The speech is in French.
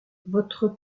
votre